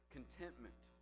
Contentment